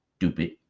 Stupid